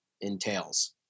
entails